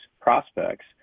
prospects